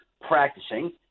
practicing